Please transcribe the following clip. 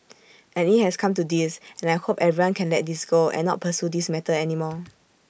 and IT has come to this and I hope everyone can let this go and not pursue this matter anymore